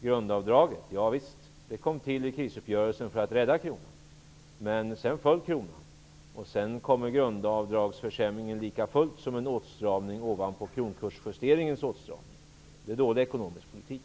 Grundavdraget var ett inslag i krisuppgörelsen som kom till för att rädda kronan, men sedan sjönk kronan och grundavdragsförsämringen sker likafullt som en åtstramning ovanpå kronkursjusteringens åtstramande effekt. Det är dålig ekonomisk politik.